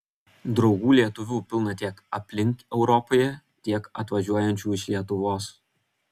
draugų lietuvių pilna tiek aplink europoje tiek atvažiuojančių iš lietuvos